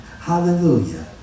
Hallelujah